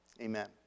amen